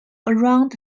around